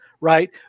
right